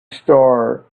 star